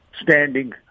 standing